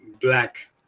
black